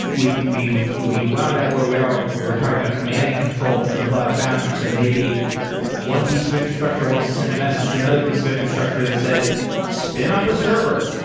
we we wound up where we are, we were talking about command and control within cloud foundry, so maybe one piece of infrastructure wants to send a message to another piece of infrastructure that says spin up a server,